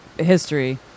history